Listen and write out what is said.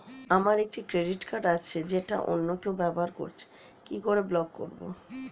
আমার একটি credit card আছে যেটা অন্য কেউ ব্যবহার করছে কি করে ব্লক করবো?